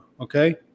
okay